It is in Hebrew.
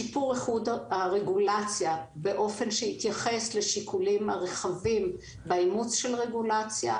שיפור איכות הרגולציה באופן שיתייחס לשיקולים הרחבים באימוץ של רגולציה,